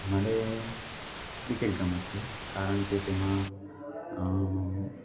મને ક્રિકેટ ગમે છે કારણ કે તેમાં